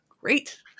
Great